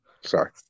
Sorry